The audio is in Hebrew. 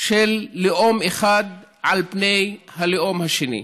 של לאום אחד על פני הלאום השני.